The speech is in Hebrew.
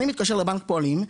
אני מתקשר לבנק פועלים,